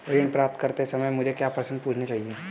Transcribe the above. ऋण प्राप्त करते समय मुझे क्या प्रश्न पूछने चाहिए?